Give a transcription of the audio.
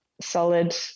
solid